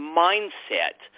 mindset